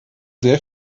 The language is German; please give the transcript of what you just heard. sehr